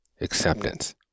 acceptance